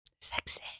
Sexy